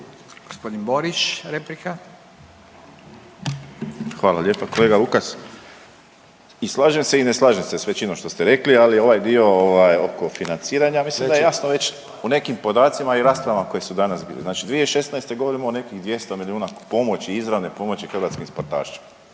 Hvala lijepa. Kolega Vukas, i slažem se i ne slažem se s većinom što ste rekli, ali ovaj dio oko financiranja mislim da je jasno već u nekim podacima i raspravama koje su danas bile. Znači 2016. govorimo o nekih 200 milijuna pomoći izravne pomoći hrvatskim sportašima,